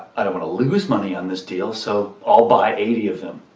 i don't want to lose money on this deal, so i'll buy eighty of them.